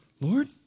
Lord